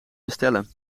bestellen